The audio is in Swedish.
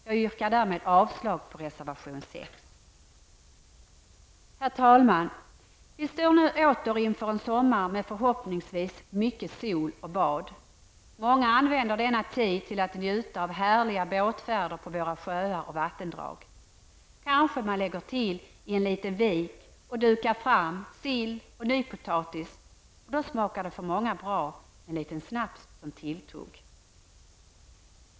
Jag yrkar därmed avslag på reservation 6. Herr talman! Vi står nu åter inför en sommar med förhoppningsvis mycket sol och bad. Många använder denna tid till att njuta av härliga båtfärder på våra sjöar och vattendrag. Kanske man lägger till i en liten vik och dukar fram sill och nypotatis, och då smakar det för många bra med en liten snaps som tilltugg.